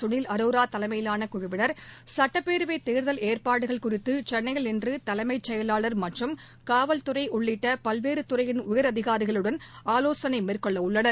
குளில் அரோராதலைமையிவானகுழுவினர் சட்டப்பேரவைதேர்தல் ஏற்பாடுகள் குறித்து சென்னையில் இன்றுதலைமச் செயலாளர் மற்றும் காவல்துறைஉள்ளிட்டபல்வேறுதுறையின் உயரதிகாரிகளுடன் ஆலோசனைநடத்தவுள்ளனர்